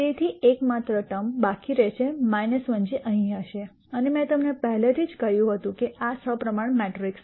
તેથી એકમાત્ર ટર્મ બાકી રહેશે 1 જે અહીં હશે અને મેં તમને પહેલેથી જ કહ્યું હતું કે આ સપ્રમાણ મેટ્રિક્સ છે